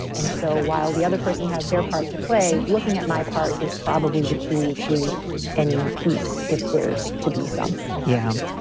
and so while the other person has their part to play, looking at my part is probably the key to any peace. if there's to be some yeah,